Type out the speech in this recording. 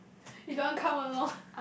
you don't want come along